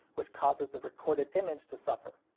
which causes the recorded image to suffer.